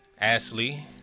ashley